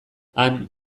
han